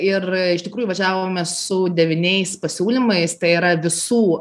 ir iš tikrųjų važiavome su devyniais pasiūlymais tai yra visų